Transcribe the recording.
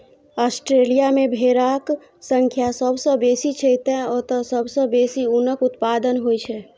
Australia मे भेड़क संख्या सबसं बेसी छै, तें ओतय सबसं बेसी ऊनक उत्पादन होइ छै